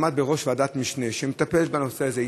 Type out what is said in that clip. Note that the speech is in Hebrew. עמד בראש ועדת משנה שמטפלת בנושא הזה.